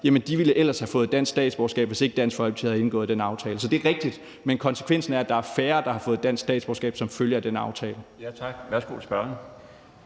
De ville ellers have fået dansk statsborgerskab, hvis ikke Dansk Folkeparti ikke havde indgået den aftale. Så det er rigtigt, men konsekvensen er, at der som følge af den aftale er færre, der har fået dansk statsborgerskab. Kl. 17:34 Den fg.